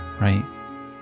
right